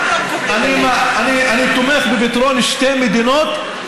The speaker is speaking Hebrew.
אני תומך בפתרון שתי מדינות,